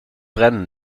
brennen